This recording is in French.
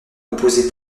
composé